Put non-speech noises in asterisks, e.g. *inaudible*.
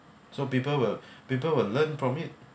so people will *breath* people will learn from it